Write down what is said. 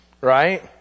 right